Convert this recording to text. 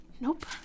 Nope